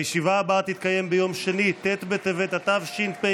הישיבה הבאה תתקיים ביום שני ט' בטבת התשפ"ג,